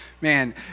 Man